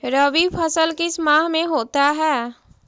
रवि फसल किस माह में होता है?